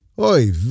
Oi